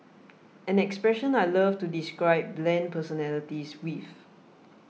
an expression I love to describe bland personalities with